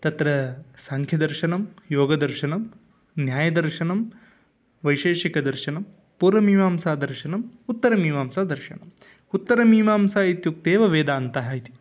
तत्र साङ्ख्यदर्शनं योगदर्शनं न्यायदर्शनं वैशेषिकदर्शनं पूर्वमीमांसा दर्शनम् उत्तरमीमांसा दर्शनम् उत्तरमीमांसा इत्युक्तेव वेदान्तः इति